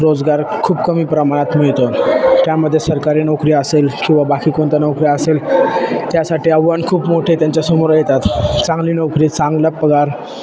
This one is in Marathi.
रोजगार खूप कमी प्रमाणात मिळतो त्यामध्ये सरकारी नोकरी असेल किंवा बाकी कोणत्या नोकऱ्या असेल त्यासाठी आव्हान खूप मोठे त्यांच्यासमोर येतात चांगली नोकरी चांगला पगार